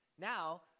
Now